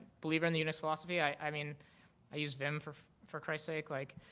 believer in the unix philosophy. i mean i use vim, for for christ's sake, like